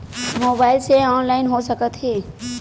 Mobile से online हो सकत हे?